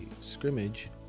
scrimmage